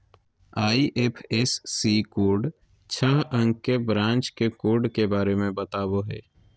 IFSC code छह अंक branch के कोड के बारे में बतावो हइ